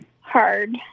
hard